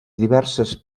diverses